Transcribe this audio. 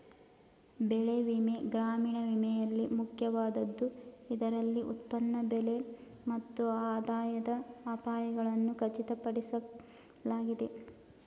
ಬೆಳೆ ವಿಮೆ ಗ್ರಾಮೀಣ ವಿಮೆಯಲ್ಲಿ ಮುಖ್ಯವಾದದ್ದು ಇದರಲ್ಲಿ ಉತ್ಪನ್ನ ಬೆಲೆ ಮತ್ತು ಆದಾಯದ ಅಪಾಯಗಳನ್ನು ಖಚಿತಪಡಿಸಲಾಗಿದೆ